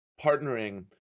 partnering